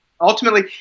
ultimately